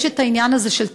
יש את העניין הזה של תשמ"ש,